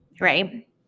right